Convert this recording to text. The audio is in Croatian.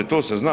To se zna.